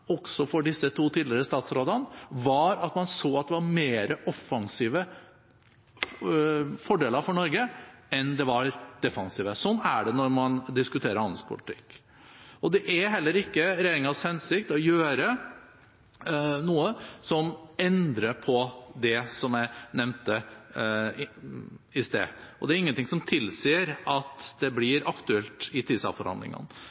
også for disse to tidligere statsrådene var at man så at det var flere fordeler for Norge enn det var ulemper. Sånn er det når man diskuterer handelspolitikk. Det er heller ikke regjeringens hensikt å gjøre noe som endrer på det som jeg nevnte i sted, og det er ingenting som tilsier at det blir aktuelt i